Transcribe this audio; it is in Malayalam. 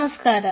നമസ്കാരം